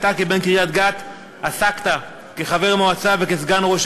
אתה כבן קריית-גת עסקת כחבר מועצה וכסגן ראש